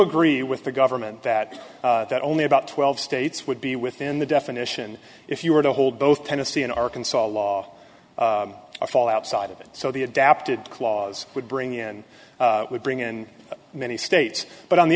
agree with the government that that only about twelve states would be within the definition if you were to hold both tennessee and arkansas law fall outside of it so the adapted clause would bring in would bring in many states but on the